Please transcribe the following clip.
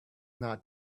not